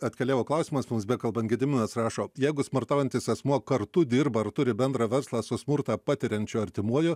atkeliavo klausimas mums bekalbant gediminas rašo jeigu smurtaujantis asmuo kartu dirba ar turi bendrą verslą su smurtą patiriančiu artimuoju